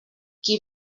qui